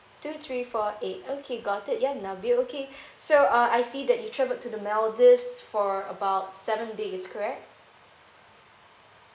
two three four eight okay got it ya nabil okay so uh I see that you travelled to the maldives for about seven days correct